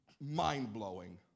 mind-blowing